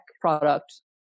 product